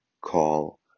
call